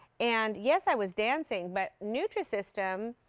and yes, i was dancing, but nutrisystem,